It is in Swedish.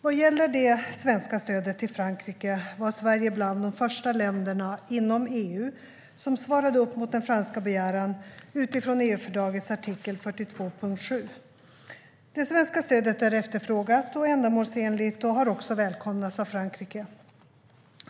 Vad gäller det svenska stödet till Frankrike var Sverige bland de första länderna inom EU som svarade upp mot den franska begäran utifrån EU-fördragets artikel 42.7. Det svenska stödet är efterfrågat och ändamålsenligt och har också välkomnats av Frankrike.